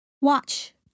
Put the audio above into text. watch